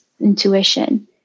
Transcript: intuition